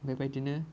बेबादिनो